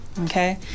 okay